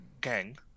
gang